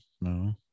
no